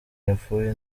yapfuye